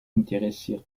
interessiert